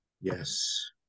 Yes